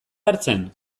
hartzen